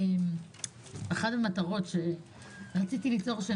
אני חושבת שזו אחת המטרות שניסיתי ליצור.